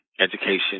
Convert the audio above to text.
education